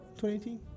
2018